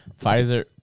Pfizer